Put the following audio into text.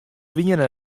wiene